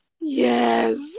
yes